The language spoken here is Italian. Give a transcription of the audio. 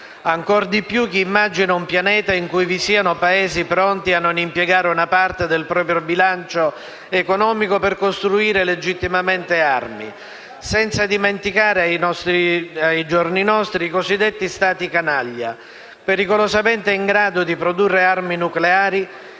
ancora di più chi immagina un pianeta in cui vi siano Paesi pronti a non impiegare una parte del proprio bilancio economico per costruire legittimamente armi. Non vanno poi dimenticati, ai giorni nostri, i cosiddetti Stati canaglia, pericolosamente in grado di produrre armi nucleari